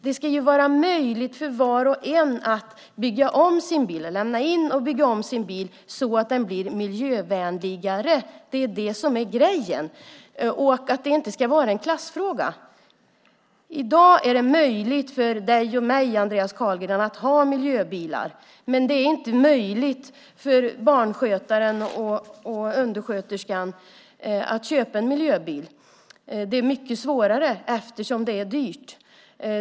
Det ska vara möjligt för var och en att låta bygga om sin bil så att den blir miljövänligare. Det är det som är grejen. Det ska inte vara en klassfråga. I dag är det möjligt för dig och mig, Andreas Carlgren, att ha miljöbilar, men det är inte möjligt för barnskötaren och undersköterskan att köpa en miljöbil. Det är mycket svårare eftersom det är dyrt.